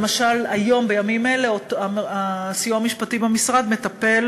למשל היום, בימים אלה, הסיוע המשפטי במשרד מטפל